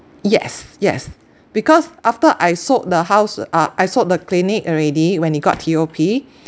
yes yes because after I sold the house uh I sold the clinic already when it got T_O_P